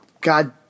God